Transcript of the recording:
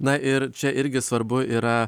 na ir čia irgi svarbu yra